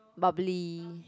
bubbly